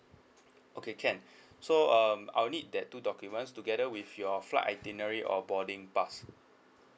okay can so um I will need that two documents together with your flight itinerary or boarding pass